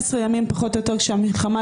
17 ימים פחות או יותר מתחילת המלחמה,